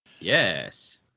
Yes